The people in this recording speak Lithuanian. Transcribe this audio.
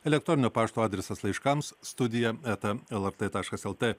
elektroninio pašto adresas laiškams studija eta lrt taškas lt